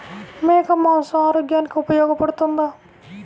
మేక మాంసం ఆరోగ్యానికి ఉపయోగపడుతుందా?